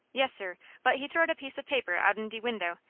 yes, sir but he throwed a piece of paper out'n de window,